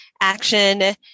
action